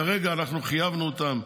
כרגע אנחנו חייבנו אותם,